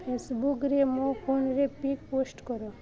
ଫେସବୁକ୍ରେ ମୋ ଫୋନରେ ପିକ୍ ପୋଷ୍ଟ୍ କର